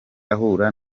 ahura